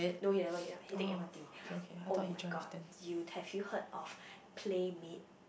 no he never he never he take M_R_T [oh]-my-god you have you heard of PlayMade